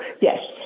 yes